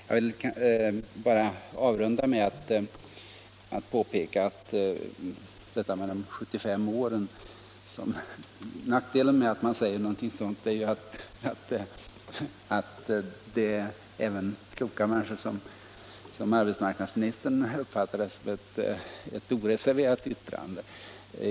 Jag vill bara avrunda med att påpeka beträffande detta med de 75 åren, att nackdelen med att man säger någonting är att även kloka människor som arbetsmarknadsministern uppfattar det som ett oreserverat yttrande.